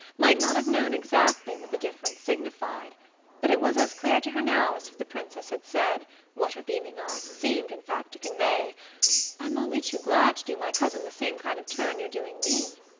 might not have known exactly what the difference signified but it was as clear to her now as if the princess had said what her beaming eyes seemed, in fact, to convey i'm only too glad to do my cousin the same kind of turn you're doing me.